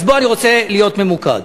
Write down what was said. אז בוא, אני רוצה להיות ממוקד.